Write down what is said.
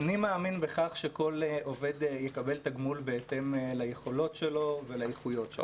אני מאמין בכך שכל עובד יקבל תגמול בהתאם ליכולות שלו ולאיכויות שלו,